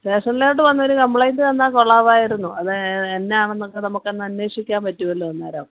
സ്റ്റേഷനിലോട്ട് വന്നൊരു കമ്പ്ലൈൻറ്റ് തന്നാൽ കൊള്ളാവായിരുന്നു അത് എന്നാ ആണെന്നൊക്കെ നമുക്കൊന്ന് അന്വേഷിക്കാൻ പറ്റുമല്ലോ അന്നേരം